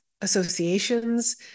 associations